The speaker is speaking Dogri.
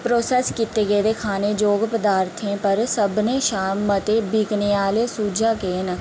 प्रोसैस्स कीते गेदे खाने जोग पदार्थें पर सभनें शा मते बिकने आह्ले सुझा केह् न